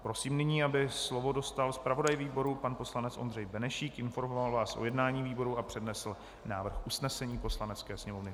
Prosím nyní, aby slovo dostal zpravodaj výboru pan poslanec Ondřej Benešík, informoval vás o jednání výboru a přednesl návrh usnesení Poslanecké sněmovny.